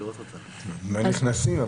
מהנכנסים.